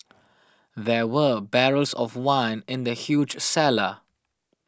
there were barrels of wine in the huge cellar